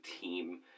team